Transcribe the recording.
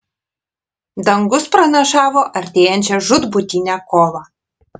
dangus pranašavo artėjančią žūtbūtinę kovą